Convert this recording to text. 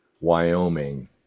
Wyoming